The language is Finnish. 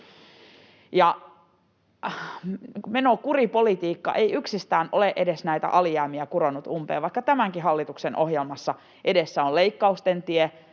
Menokuripolitiikka ei yksistään ole näitä alijäämiä edes kuronut umpeen, vaikka tämänkin hallituksen ohjelmassa edessä on leikkausten tie.